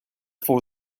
for